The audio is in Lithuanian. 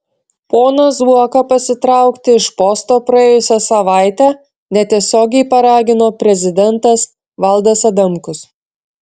poną zuoką pasitraukti iš posto praėjusią savaitę netiesiogiai paragino prezidentas valdas adamkus